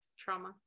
trauma